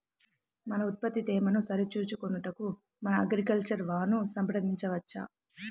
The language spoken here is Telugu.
మన ఉత్పత్తి తేమను సరిచూచుకొనుటకు మన అగ్రికల్చర్ వా ను సంప్రదించవచ్చా?